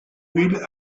villes